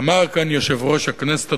ואמר כאן יושב-ראש הכנסת,